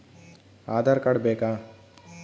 Aadhaar card ಬೇಕಾ?